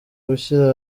gushyira